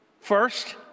first